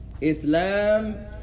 Islam